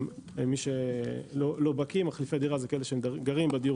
למי שלא בקי מחליפי דירה הם כאלה שגרים בדיור